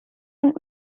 und